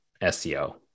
SEO